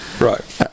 Right